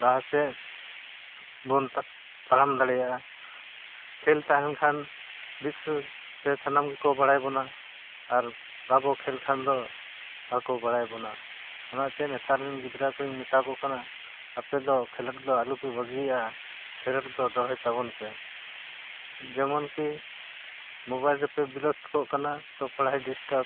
ᱞᱟᱦᱟ ᱥᱮᱡ ᱵᱚᱱ ᱛᱟᱲᱟᱢ ᱫᱟᱲᱮᱭᱟᱜᱼᱟ ᱠᱷᱮᱞ ᱛᱟᱦᱮᱱ ᱠᱷᱟᱱ ᱵᱤᱥᱥᱚ ᱨᱮ ᱥᱟᱱᱟᱢ ᱜᱮᱠᱚ ᱵᱟᱲᱟᱭ ᱵᱚᱱᱟ ᱟᱨ ᱵᱟᱵᱚ ᱠᱷᱮᱞ ᱠᱷᱟᱱ ᱫᱚ ᱵᱟᱠᱚ ᱵᱟᱲᱟᱭ ᱵᱚᱱᱟ ᱚᱱᱟᱛᱮ ᱱᱮᱛᱟᱨ ᱨᱮᱱ ᱜᱤᱫᱽᱨᱟᱹ ᱠᱚᱧ ᱢᱮᱛᱟ ᱠᱚ ᱠᱟᱱᱟ ᱟᱯᱮ ᱫᱚ ᱠᱷᱮᱞᱳᱰ ᱫᱚ ᱟᱞᱚ ᱯᱮ ᱵᱟᱹᱜᱤᱭᱟᱜᱼᱟ ᱠᱷᱮᱞᱳᱰ ᱫᱚ ᱫᱚᱦᱚᱭ ᱛᱟᱵᱚᱱ ᱯᱮ ᱡᱮᱢᱚᱱ ᱠᱤ ᱢᱳᱵᱟᱭᱤᱞ ᱨᱮᱯᱮ ᱵᱤᱞᱚᱥᱛᱚᱜ ᱠᱟᱱᱟ ᱛᱚ ᱯᱟᱲᱦᱟᱜ ᱰᱤᱥᱴᱟᱨᱵ